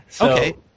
Okay